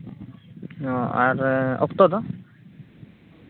ᱟᱨ ᱚᱠᱛᱚ ᱫᱚ